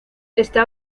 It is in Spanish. está